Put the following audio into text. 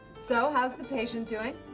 so, how's the patient doing?